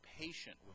patient